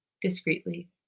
Discreetly